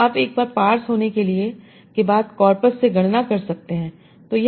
तो आप एक बार पार्स होने के बाद कॉर्पस से गणना कर सकते हैं